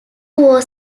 was